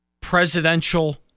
Presidential